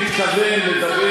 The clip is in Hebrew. מדינה ששמה עם שלם בכלא,